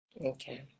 Okay